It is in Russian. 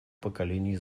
поколений